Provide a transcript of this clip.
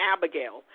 Abigail